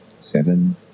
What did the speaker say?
Seven